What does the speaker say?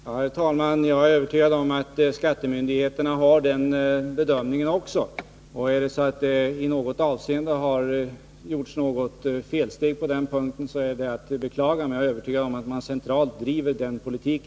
Herr talman! Jag är övertygad om att skattemyndigheterna också gör den bedömningen. Har det i något avseende gjorts något felsteg på den punkten är det att beklaga. Men jag är övertygad om att skattemyndigheterna centralt driver denna politik.